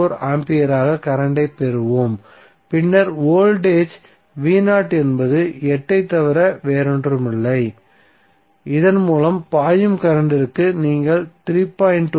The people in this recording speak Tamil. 4 ஆம்பியராக கரண்ட் ஐப் பெறுவோம் பின்னர் வோல்டேஜ் என்பது 8 ஐத் தவிர வேறொன்றுமில்லை இதன் மூலம் பாயும் கரண்ட்டிற்கு நீங்கள் 3